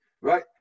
right